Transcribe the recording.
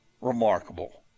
remarkable